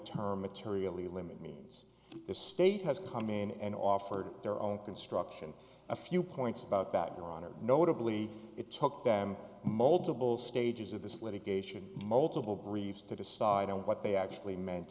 term materially limit means the state has come in and offered their own construction a few points about that your honor notably it took them multiple stages of this litigation multiple briefs to decide on what they actually meant